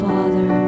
Father